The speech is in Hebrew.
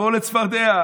נעבור לצפרדע.